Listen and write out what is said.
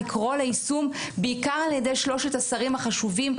לקרוא ליישום בעיקר על ידי שלושת השרים החשובים,